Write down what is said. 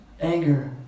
anger